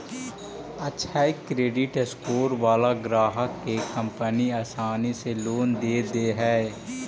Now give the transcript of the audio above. अक्षय credit score वाला ग्राहक के कंपनी आसानी से लोन दे दे हइ